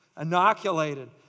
inoculated